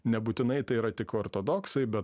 nebūtinai tai yra tik ortodoksai bet